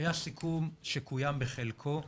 היה סיכום שקוים בחלקו,